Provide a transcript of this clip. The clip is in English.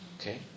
okay